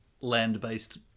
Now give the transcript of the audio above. land-based